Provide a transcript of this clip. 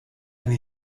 eine